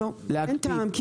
לא, אין טעם.